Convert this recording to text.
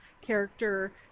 character